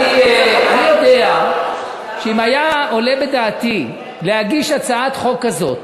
אני יודע שאם היה עולה בדעתי להגיש הצעת חוק כזאת,